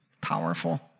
powerful